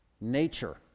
nature